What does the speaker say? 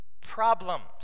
problems